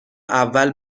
اول